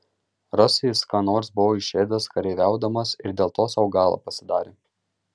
rasi jis ką nors buvo išėdęs kareiviaudamas ir dėl to sau galą pasidarė